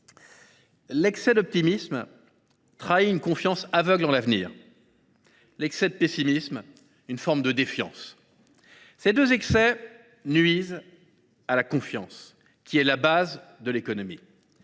L’excès d’optimisme trahit une confiance aveugle en l’avenir, l’excès de pessimisme, une forme de défiance. Ces deux excès nuisent à la confiance, qui est la base de l’économie.